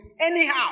anyhow